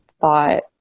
thought